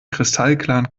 kristallklaren